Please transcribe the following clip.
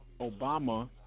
Obama